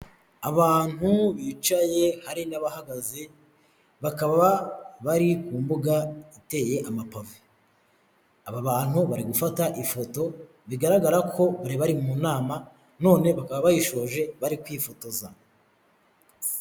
Abantu bicaye hari n'abahagaze, bakaba bari ku mbuga iteye amapave. Aba bantu bari gufata ifoto, bigaragara ko buri bari mu nama none bakaba bayishoje, bari kwifotoza.